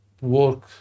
work